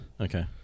okay